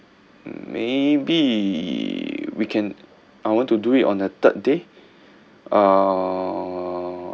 maybe we can I want to do it on the third day err